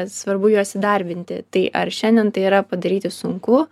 svarbu juos įdarbinti tai ar šiandien tai yra padaryti sunku